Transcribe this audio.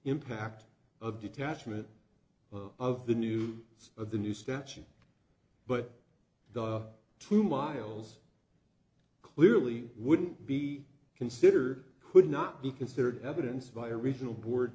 impact of detachment of the new of the new statute but the two miles clearly wouldn't be considered could not be considered evidence by regional board